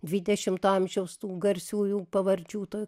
dvidešimto amžiaus tų garsiųjų pavardžių toj